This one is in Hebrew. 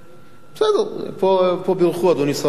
בסדר, פה בירכו, אדוני שר החינוך.